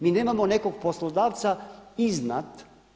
Mi nemamo nekog poslodavca iznad.